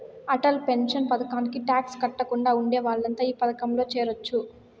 Atal pension పథకానికి tax కట్టకుండా ఉండే వాళ్లంతా ఈ పథకంలో చేరొచ్చు